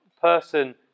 person